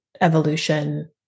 evolution